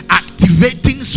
activating